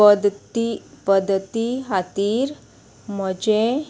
पद्दती पद्दती खातीर म्हजें